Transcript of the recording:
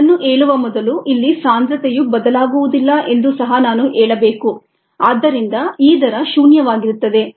ಅದನ್ನು ಹೇಳುವ ಮೊದಲು ಇಲ್ಲಿ ಸಾಂದ್ರತೆಯು ಬದಲಾಗುವುದಿಲ್ಲ ಎಂದು ಸಹ ನಾನು ಹೇಳಬೇಕು ಆದ್ದರಿಂದ ಈ ದರ ಶೂನ್ಯವಾಗಿರುತ್ತದೆ